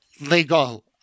legal –